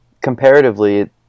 comparatively